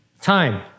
Time